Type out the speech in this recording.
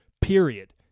period